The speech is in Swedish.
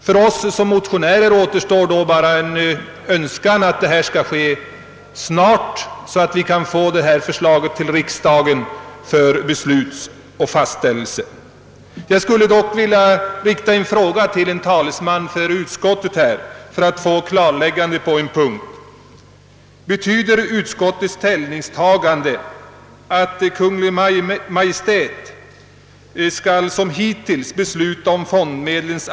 För oss som motionärer återstår då bara att uttala det önskemålet, att arbetet skall bedrivas snabbt så att vi kan få förslaget till riksdagen för beslut och fastställelse. Jag skulle dock vilja rikta en fråga till utskottets talesman i förhoppning att få ett klarläggande på en punkt: Betyder utskottets ställningstagande, att Kungl. Maj:t som hittills skall besluta om fondmedlens.